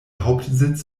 hauptsitz